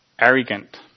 arrogant